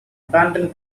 abandoned